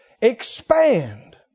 expand